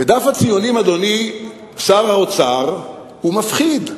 ודף הציונים, אדוני שר האוצר, הוא מפחיד.